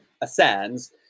ascends